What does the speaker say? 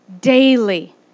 daily